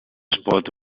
spot